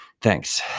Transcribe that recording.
thanks